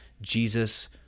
Jesus